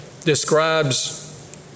describes